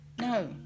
No